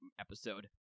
episode